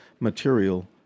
material